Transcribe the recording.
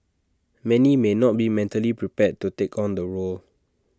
many may not be mentally prepared to take on the role